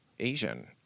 Asian